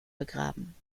begraben